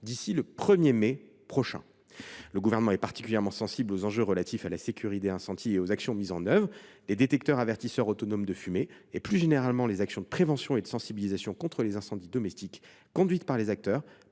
d’ici au 1 mai prochain. Le Gouvernement est particulièrement sensible aux enjeux relatifs à la sécurité incendie et aux actions mises en œuvre en la matière. Les détecteurs avertisseurs autonomes de fumée, et plus généralement les actions de prévention et de sensibilisation contre les incendies domestiques conduites par les acteurs,